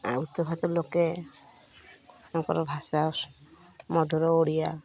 ଆଉ ଉତ୍ତର ଭାରତ ଲୋକେ ତାଙ୍କର ଭାଷା ମଧୁର ଓଡ଼ିଆ